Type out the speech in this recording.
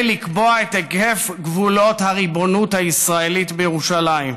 לקבוע את היקף גבולות הריבונות הישראלית בירושלים,